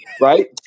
right